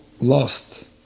lost